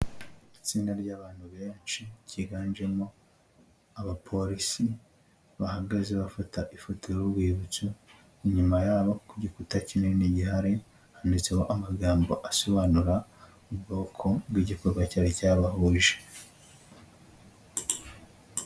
Itsinda ry'abantu benshi, ryiganjemo abapolisi bahagaze bafata ifoto y'urwibutso, inyuma yabo ku gikuta kinini gihari, handitseho amagambo asobanura ubwoko bw'igikorwa cyari cyabahuje.